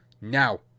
Now